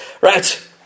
Right